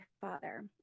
Father